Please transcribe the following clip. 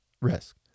risk